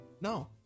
No